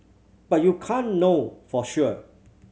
but you can't know for sure